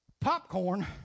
Popcorn